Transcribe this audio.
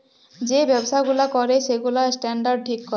যে ব্যবসা গুলা ক্যরে সেগুলার স্ট্যান্ডার্ড ঠিক ক্যরে